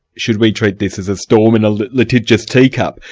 should we treat this as a storm in a litigious teacup?